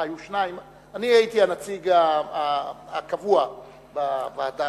ואני הייתי הנציג הקבוע בוועדה.